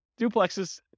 duplexes